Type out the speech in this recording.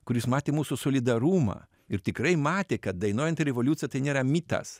kuris matė mūsų solidarumą ir tikrai matė kad dainuojanti revoliucija tai nėra mitas